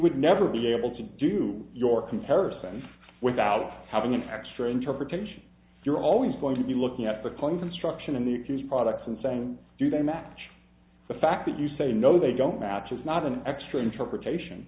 would never be able to do your comparison without having an extra interpretation you're always going to be looking at the construction of the products and saying do they match the fact that you say no they don't match is not an extra interpretation